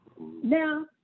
Now